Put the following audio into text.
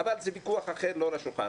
זה ויכוח אחר שהוא לא לשולחן הזה.